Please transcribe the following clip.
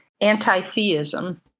anti-theism